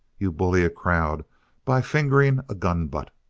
you bully a crowd by fingering a gun-butt.